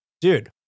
Dude